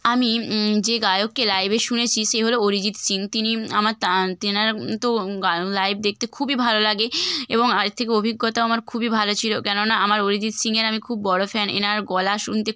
আমি যে গায়ককে লাইভে শুনেছি সে হল অরিজিৎ সিং তিনি আমার তা তেনার তো গান লাইভ দেখতে খুবই ভালো লাগে এবং এর থেকে অভিজ্ঞতা আমার খুবই ভালো ছিল কেননা আমার অরিজিৎ সিং এর আমি খুব বড় ফ্যান এনার গলা শুনতে